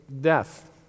death